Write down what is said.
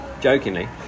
jokingly